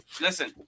Listen